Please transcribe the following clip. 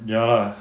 ya lah